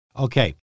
Okay